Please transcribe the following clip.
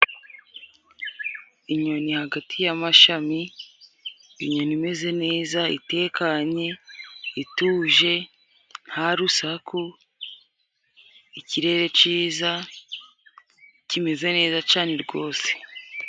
Inyoni hagati yamashami， inyoni imeze neza， itekanye， ituje nta rusaku， ikirere cyiza kimeze neza cyane rwose.